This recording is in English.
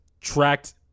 tracked